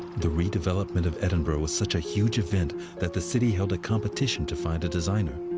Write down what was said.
the redevelopment of edinburgh was such a huge event that the city held a competition to find a designer.